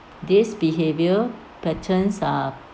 this behavior patterns are